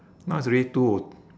now is already two h~